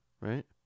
right